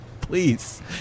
please